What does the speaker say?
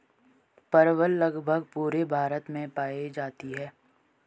परवल लगभग पूरे भारत में पाई जाती है